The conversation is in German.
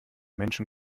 menschen